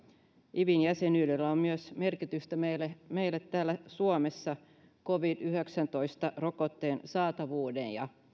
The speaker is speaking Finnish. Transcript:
ivin jäsenyydellä on myös merkitystä meille meille täällä suomessa covid yhdeksäntoista rokotteen saatavuuden ja